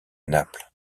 naples